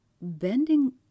bending